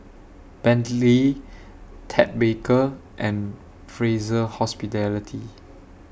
Bentley Ted Baker and Fraser Hospitality